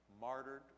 Martyred